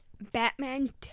Batman